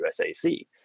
USAC